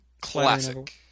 Classic